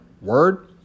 word